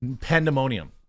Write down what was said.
pandemonium